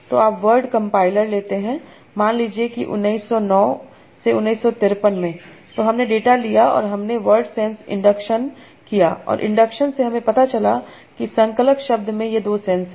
तो आप word compiler लेते हैं मान लीजिए कि 1909 1953 में तो हमने डेटा लिया और हमने वर्ड सेंस इंडक्शन किया और इंडक्शन से हमें पता चला कि संकलक शब्द में ये दो सेंस हैं